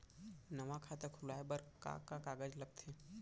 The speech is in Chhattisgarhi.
नवा खाता खुलवाए बर का का कागज लगथे?